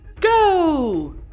Go